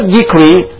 decree